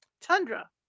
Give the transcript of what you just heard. Tundra